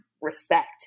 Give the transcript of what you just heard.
respect